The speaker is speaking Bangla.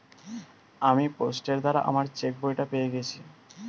আমি পোস্টের দ্বারা আমার চেকবইটা পেয়ে গেছি